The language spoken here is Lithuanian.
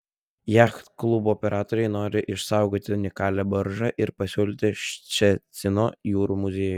jachtklubo operatoriai nori išsaugoti unikalią baržą ir pasiūlyti ščecino jūrų muziejui